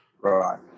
Right